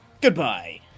Goodbye